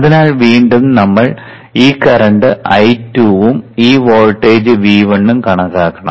അതിനാൽ വീണ്ടും നമ്മൾ ഈ കറന്റ് I2 ഉം ഈ വോൾട്ടേജ് V1 ഉം കണക്കാക്കണം